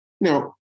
Now